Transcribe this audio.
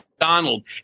Donald